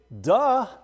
duh